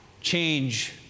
change